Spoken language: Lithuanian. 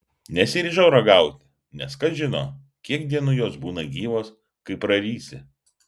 nesiryžau ragauti nes kas žino kiek dienų jos būna gyvos kai prarysi